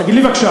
תגיד לי בבקשה,